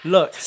Look